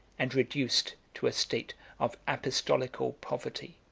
and reduced to a state of apostolical poverty,